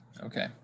Okay